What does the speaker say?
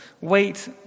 wait